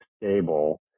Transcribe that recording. stable